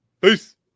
peace